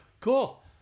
cool